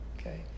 Okay